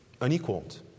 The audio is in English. unequaled